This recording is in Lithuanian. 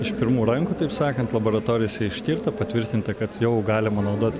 iš pirmų rankų taip sakant laboratorijose ištirta patvirtinta kad jau galima naudot